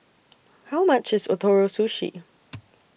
How much IS Ootoro Sushi